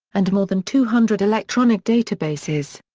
and more than two hundred electronic databases.